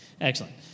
excellent